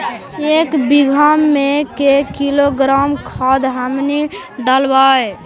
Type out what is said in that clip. एक बीघा मे के किलोग्राम खाद हमनि डालबाय?